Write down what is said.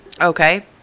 Okay